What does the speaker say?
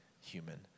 human